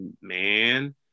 man